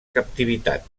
captivitat